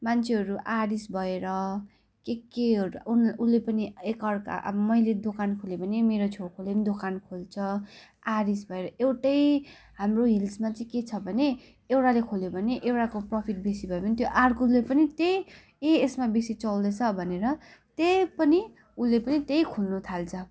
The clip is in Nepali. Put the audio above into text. मान्छेहरू आरिस भएर के केहरू ऊले पनि एक अर्का अब मैले दोकान खोले भने मेरो छेउकोले पनि दोकान खोल्छ आरिस भएर एउटै हाम्रो हिल्समा चाहिँ के छ भने एउटाले खोल्यो भने एउटाको प्रफिट बेसी भयो भने त्यो अर्कोले पनि त्यही ए यसमा बेसी चल्दैछ भनेर त्यही पनि उसले पनि त्यही खोल्नु थाल्छ